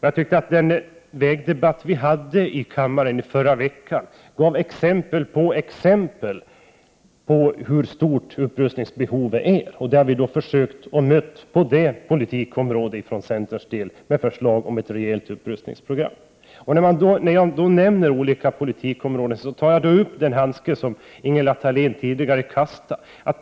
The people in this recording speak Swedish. Jag tycker att den vägdebatt vi hade i kammaren i förra veckan gav flera exempel på hur stort upprustningsbehovet är. Vi har från centern mött detta behov med förslag om ett rejält upprustningsprogram. När jag nu nämner olika politikområden tar jag upp den handske som Ingela Thalén tidigare kastade.